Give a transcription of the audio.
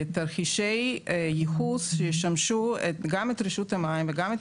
תרחישי ייחוס שישמשו גם את רשות המים וגם את